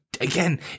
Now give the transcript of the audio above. again